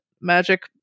magic